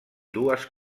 dues